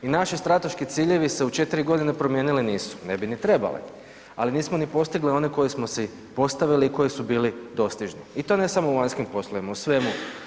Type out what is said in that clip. I naši strateški ciljevi se u četiri godine promijenili nisu, ne bi ni trebali, ali nismo ni postigli one koje smo si postavili i koji su bili dostižni i to ne samo u vanjskim poslovima u svemu.